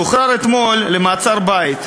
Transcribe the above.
שוחרר אתמול למעצר-בית.